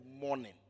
morning